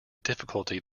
difficulty